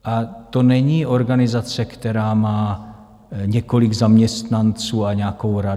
A to není organizace, která má několik zaměstnanců a nějakou radu.